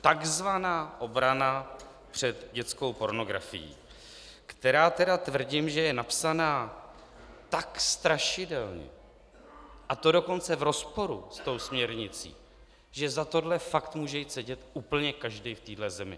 Takzvaná obrana před dětskou pornografií, která tedy tvrdím, že je napsaná tak strašidelně, a to dokonce v rozporu s tou směrnicí, že za tohle fakt může jít sedět úplně každý v téhle zemi.